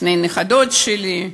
ושתי הנכדות שלי,